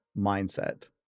mindset